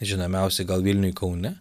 žinomiausi gal vilniuj kaune